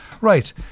Right